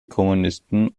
kommunisten